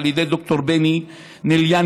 על ידי ד"ר בני מלנקי,